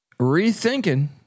rethinking